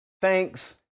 Thanks